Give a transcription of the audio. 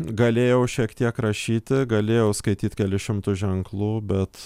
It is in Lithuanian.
galėjau šiek tiek rašyti galėjau skaityt kelis šimtus ženklų bet